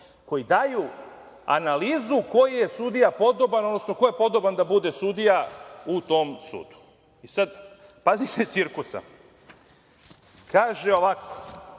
koji daju analizu koji je sudija podoban, odnosno ko je podoban da bude sudija u tom sudu. Pazite cirkusa. Kaže ovako